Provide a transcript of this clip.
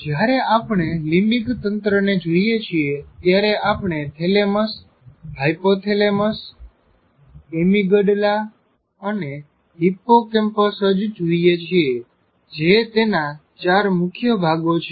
જ્યારે આપણે લીંબીક તંત્ર ને જોઈએ છીએ ત્યારે આપણે થેલેમસ હાયપોથેલેમસ એમીગડલા અને હિપ્પોકેમ્પસ જ જોઈએ છીએ જે તેના ચાર મુખ્ય ભાગો છે